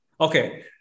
Okay